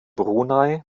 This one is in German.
brunei